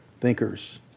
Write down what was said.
thinkers